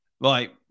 Right